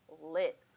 lit